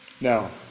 Now